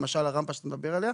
למשל הרמפה שאתה מדבר עליה,